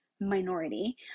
minority